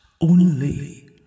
only